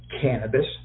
Cannabis